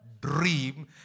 Dream